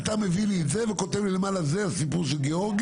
אתה מביא לי את זה וכותב לי למעלה זה הסיפור של גאורגי.